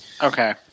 Okay